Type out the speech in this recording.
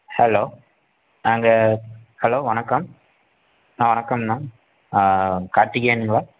hello நாங்கள் hello வணக்கம் அண்ணா வணக்கம்ண்ணா கார்த்திகேயனுங்களா